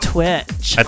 Twitch